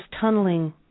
tunneling